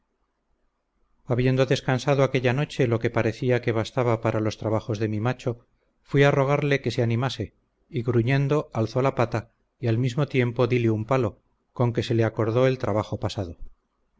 habiendo descansado aquella noche lo que parecía que bastaba para los trabajos de mi macho fuí a rogarle que se animase y gruñendo alzó la pata y al mismo tiempo díle un palo con que se le acordó el trabajo pasado